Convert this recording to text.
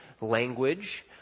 language